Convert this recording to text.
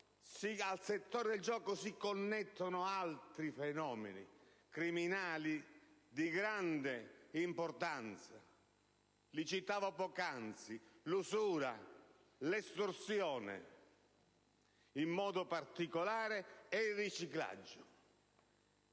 al settore del gioco si connettono altri fenomeni criminali di grande importanza quali l'usura (che ho citato poc'anzi), l'estorsione, in modo particolare, e il riciclaggio.